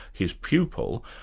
his pupil,